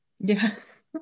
Yes